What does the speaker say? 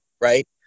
right